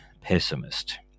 pessimist